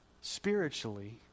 spiritually